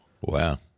Wow